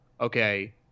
Okay